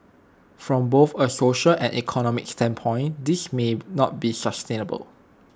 from both A social and economic standpoint this may not be sustainable